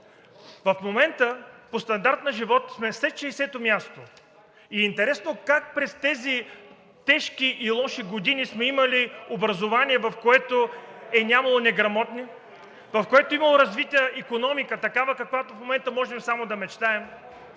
В момента по стандарт на живот сме след 60-о място и интересно как през тези тежки и лоши години сме имали образование, в което е нямало неграмотни, в което е имало развита икономика – такава, за каквато в момента можем само да мечтаем?!